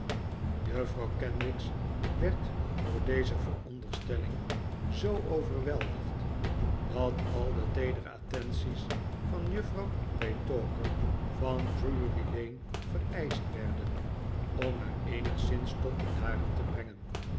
juffrouw kenwigs werd door deze veronderstelling zoo overweldigd dat al de teedere attenties van juffrouw petowker van drury-lane vereischt werden om haar eenigszins tof bedaren te brengen